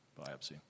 biopsy